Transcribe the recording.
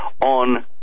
on